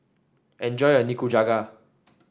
enjoy your Nikujaga